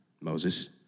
Moses